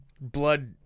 blood